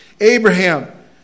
Abraham